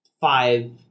five